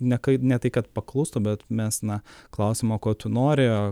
nekaip ne tai kad paklustų bet mes na klausimo ko tu nori